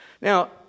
Now